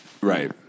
right